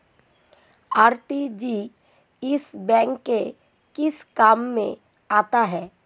RTGS bank के किस काम में आता है?